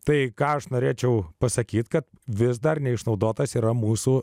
tai ką aš norėčiau pasakyti kad vis dar neišnaudotas yra mūsų